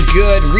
good